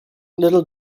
little